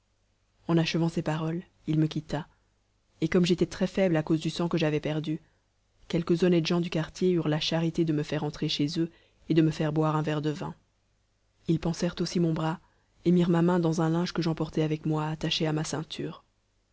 en achevant ces paroles il me quitta et comme j'étais très faible à cause du sang que j'avais perdu quelques honnêtes gens du quartier eurent la charité de me faire entrer chez eux et de me faire boire un verre de vin ils pansèrent aussi mon bras et mirent ma main dans un linge que j'emportai avec moi attaché à ma ceinture